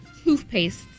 toothpastes